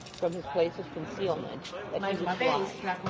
from his place of concealment, that he was blind.